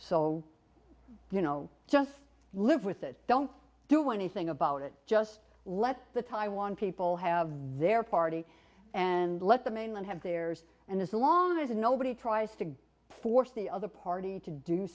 so you know just live with it don't do anything about it just let the taiwan people have their party and let the mainland have theirs and as long as nobody tries to force the other party to do